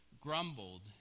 Grumbled